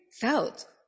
felt